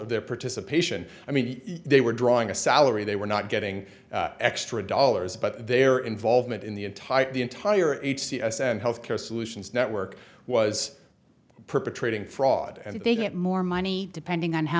of their participation i mean they were drawing a salary they were not getting extra dollars but their involvement in the entire the entire h t s and health care solutions network was perpetrating fraud and to get more money depending on how